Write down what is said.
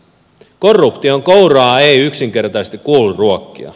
korruption kouraa ei yksinkertaisesti kuulu ruokkia